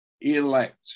elect